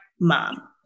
mom